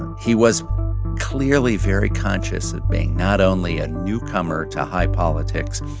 he was clearly very conscious of being not only a newcomer to high politics,